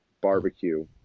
barbecue